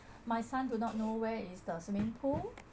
my son do not know where is the swimming pool